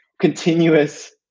continuous